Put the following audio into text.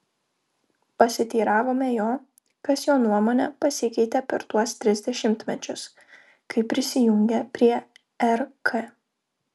pasiteiravome jo kas jo nuomone pasikeitė per tuos tris dešimtmečius kai prisijungė prie rk